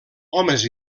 homes